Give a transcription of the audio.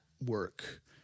work